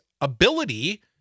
ability